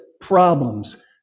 problems